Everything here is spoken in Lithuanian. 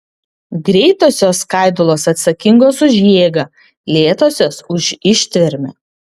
greitosios skaidulos atsakingos už jėgą lėtosios už ištvermę